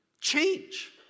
change